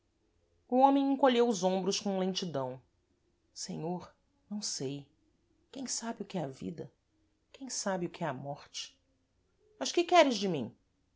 o homem encolheu os ombros com lentidão senhor não sei quem sabe o que é a vida quem sabe o que é a morte mas que queres de mim